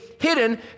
hidden